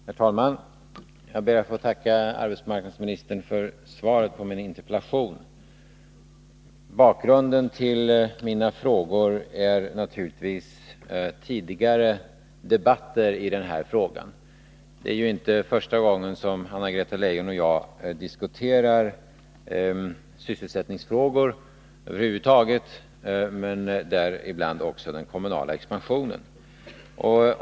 Herr talman! Jag ber att få tacka arbetsmarknadsministern för svaret på min interpellation. Bakgrunden till mina frågor är naturligtvis tidigare debatter i denna fråga. Det är inte första gången som Anna-Greta Leijon och jag diskuterar sysselsättningsfrågor över huvud taget och däribland även den kommunala expansionen.